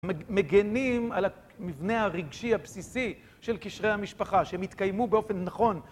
מגנים על המבנה הרגשי הבסיסי של קשרי המשפחה שהם יתקיימו באופן נכון